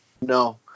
No